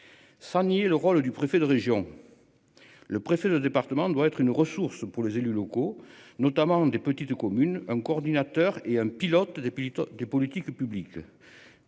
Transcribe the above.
Sans nier le rôle du préfet de région. Le préfet de département doit être une ressource pour les élus locaux, notamment des petites communes, un coordinateur et un pilote des pilotes des politiques